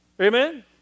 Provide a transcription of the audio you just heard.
Amen